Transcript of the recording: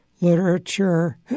literature